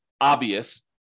obvious